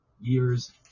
years